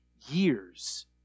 years